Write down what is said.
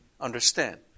understand